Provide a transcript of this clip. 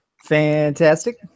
Fantastic